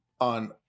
on